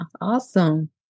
Awesome